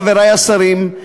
חברי השרים,